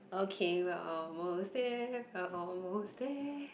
okay we are almost there we are almost there